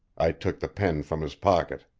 i took the pen from his pocket.